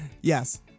Yes